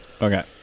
Okay